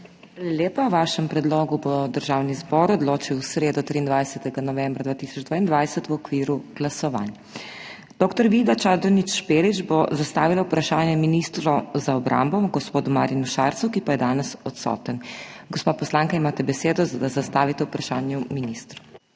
lepa. O vašem predlogu bo Državni zbor odločil v sredo, 23. novembra 2022, v okviru glasovanj. Dr. Vida Čadonič Špelič bo zastavila vprašanje ministru za obrambo, gospodu Marjanu Šarcu, ki pa je danes odsoten. Gospa poslanka, imate besedo, da zastavite vprašanje ministru.